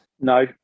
No